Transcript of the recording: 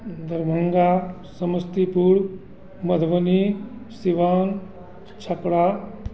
Darbhanga Samastipur Madhubani Siwan Chhapra